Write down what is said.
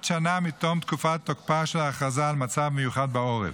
שנה מתום תקופת תוקפה של ההכרזה על מצב מיוחד בעורף.